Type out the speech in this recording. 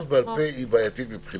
הצירוף "בעל פה" בעייתי מבחינתי.